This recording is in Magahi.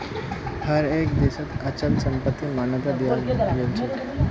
हर एक देशत अचल संपत्तिक मान्यता दियाल गेलछेक